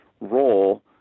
role